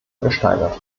gesteigert